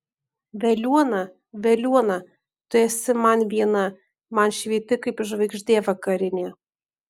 veliuona veliuona tu esi man viena man švieti kaip žvaigždė vakarinė